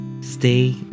Stay